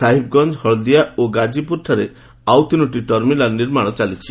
ସାହିବଗଞ୍ଜ ହଳଦିଆ ଓ ଗାଜିପୁରଠାରେ ଆଉ ତିନୋଟି ଟର୍ମିନାଲ୍ ନିର୍ମାଣ ଚାଲିଛି